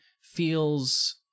feels